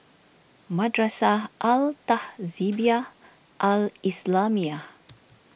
Madrasah Al Tahzibiah Al Islamiah